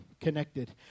connected